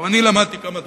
גם אני למדתי כמה דברים,